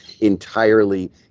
entirely